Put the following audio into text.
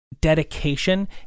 dedication